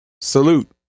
Salute